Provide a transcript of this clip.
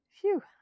phew